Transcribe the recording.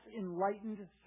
enlightened